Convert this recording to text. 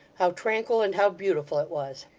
how tranquil, and how beautiful it was!